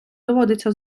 доводиться